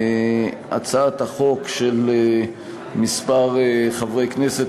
הצעת חוק של כמה חברי כנסת,